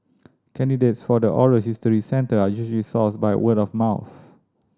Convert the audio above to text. candidates for the oral history centre are usually sourced by word of mouth